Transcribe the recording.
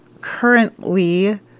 currently